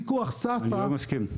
אני לא מסכים.